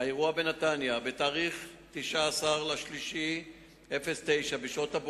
נפצעו ואושפזו.